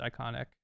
iconic